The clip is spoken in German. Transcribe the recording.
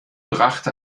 brachte